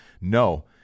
no